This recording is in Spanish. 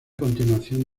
continuación